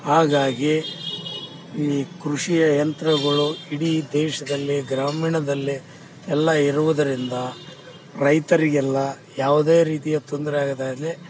ಹಾಗಾಗಿ ಈ ಕೃಷಿಯ ಯಂತ್ರಗಳು ಇಡೀ ದೇಶದಲ್ಲಿ ಗ್ರಾಮೀಣದಲ್ಲಿ ಎಲ್ಲ ಇರುವುದರಿಂದ ರೈತರಿಗೆಲ್ಲ ಯಾವುದೇ ರೀತಿಯ ತೊಂದರೆ ಆಗದಾಗೆ